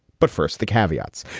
but first, the caveats.